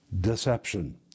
deception